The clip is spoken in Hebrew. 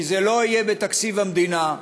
כי זה לא יהיה בתקציב המדינה,